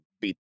beat